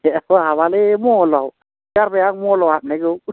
हाबालै मलाव गारबाय आं मलाव हाबनायखौ